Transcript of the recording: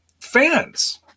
fans